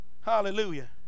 Hallelujah